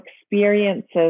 experiences